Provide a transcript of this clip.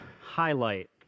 highlight